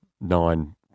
nine